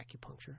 acupuncture